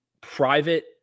private